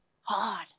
Hard